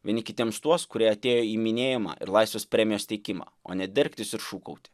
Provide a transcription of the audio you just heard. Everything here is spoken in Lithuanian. vieni kitiems tuos kurie atėjo į minėjimą ir laisvės premijos teikimą o ne dergtis ir šūkaut